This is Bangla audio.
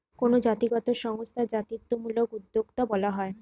কোনো জাতিগত সংস্থা জাতিত্বমূলক উদ্যোক্তা বলা হয়